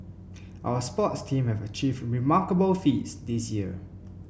our sports team have achieved remarkable feats this year